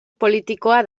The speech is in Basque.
politikoa